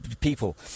people